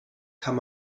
kann